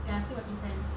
ya still watching friends